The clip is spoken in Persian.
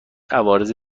عوارض